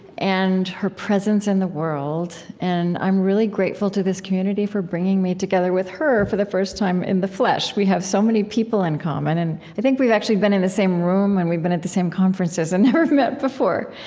and her presence in the world, and i'm really grateful to this community for bringing me together with her for the first time in the flesh. we have so many people in common, and i think we've actually been in the same room, and we've been at the same conferences, and never met before